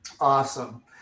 Awesome